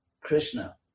Krishna